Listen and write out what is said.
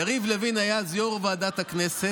יריב לוין היה אז יו"ר ועדת הכנסת,